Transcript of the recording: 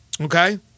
okay